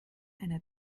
einer